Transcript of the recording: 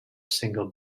single